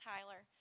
Tyler